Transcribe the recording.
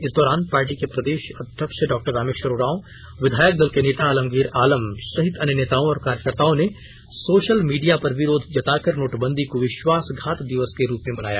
इस दौरान पार्टी के प्रदेश अध्यक्ष डॉ रामेश्वर उरांव विधायक दल के नेता आलमगीर आलम सहित अन्य नेताओं और कार्यकर्ताओं ने सोशल मीडिया पर विरोध जताकर नोटबंदी को विश्वासघात दिवस के रूप में मनाया